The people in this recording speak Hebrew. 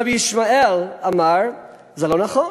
רבי ישמעאל אמר: זה לא נכון,